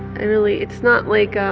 i really it's not, like, ah